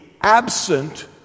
absent